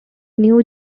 new